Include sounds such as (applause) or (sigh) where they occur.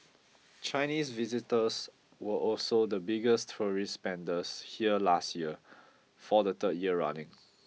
Chinese visitors were also the biggest tourist spenders here last year for the third year running (noise)